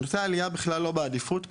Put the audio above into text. נושא העלייה בכלל לא בעדיפות כאן.